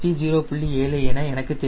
7 என எனக்கு தெரியும்